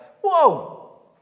Whoa